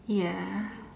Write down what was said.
ya